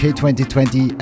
2020